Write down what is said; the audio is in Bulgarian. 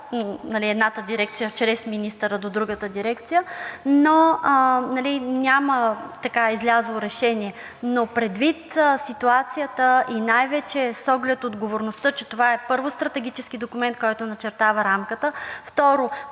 едната дирекция чрез министъра до другата дирекция, но няма излязло решение. Предвид ситуацията и най-вече с оглед отговорността, че това е първо, стратегически документ, който начертава рамката, второ,